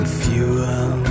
fuel